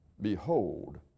behold